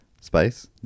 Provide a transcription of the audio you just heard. Space